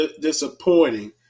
disappointing